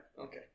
Okay